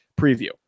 preview